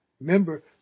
Remember